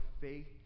faith